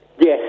Yes